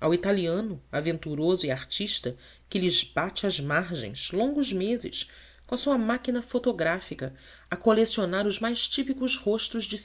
ao italiano aventuroso e artista que lhes bate as margens longos meses com a sua máquina fotográfica a colecionar os mais típicos rostos de